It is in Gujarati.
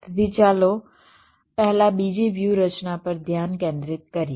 તેથી ચાલો પહેલા બીજી વ્યૂહરચના પર ધ્યાન કેન્દ્રિત કરીએ